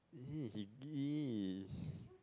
!ee! he !ee!